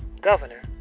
governor